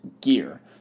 gear